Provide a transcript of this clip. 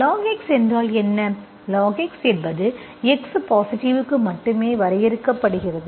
logx என்றால் என்ன logx என்பது x பாசிட்டிவ்க்கு மட்டுமே வரையறுக்கப்படுகிறது